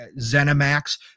Zenimax